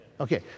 okay